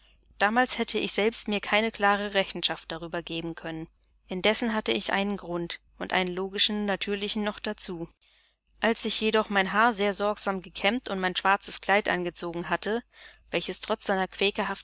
damals hätte ich selbst mir keine klare rechenschaft darüber geben können indessen hatte ich einen grund und einen logischen natürlichen noch dazu als ich jedoch mein haar sehr sorgsam gekämmt und mein schwarzes kleid angezogen hatte welches trotz seiner